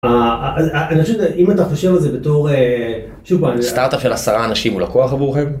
אם אתה חושב על זה בתור שוב פעם, סטארטאפ של עשרה אנשים הוא לקוח עבורכם?